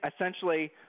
essentially